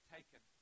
Taken